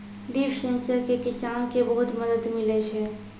लिफ sensor से किसान के बहुत मदद मिलै छै